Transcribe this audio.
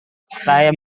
saya